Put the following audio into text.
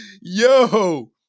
Yo